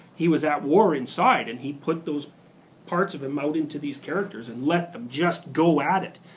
he was at war inside and he put those parts of him out into these characters, and let them just go at it.